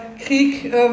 Krieg